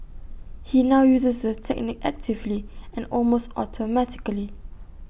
he now uses the technique actively and almost automatically